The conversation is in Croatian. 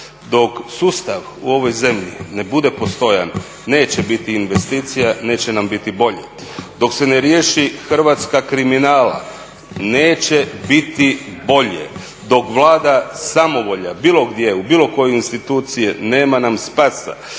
Dok sustav u ovoj zemlji ne bude postojan neće biti investicija, neće nam biti bolje. Dok se ne riješi Hrvatska kriminala neće biti bolje. Dok vlada samovolja bilo gdje u bilo kojoj instituciji nema nam spasa.